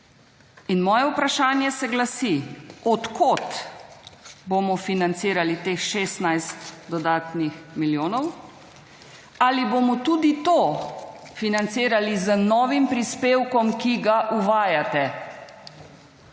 Moje vprašanje se glasi od kod bomo financirali teh 16 dodatnih milijonov? Ali bomo tudi to financirali z novim prispevkom, ki ga uvajate?